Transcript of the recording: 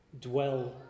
dwell